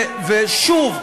ושוב,